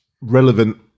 relevant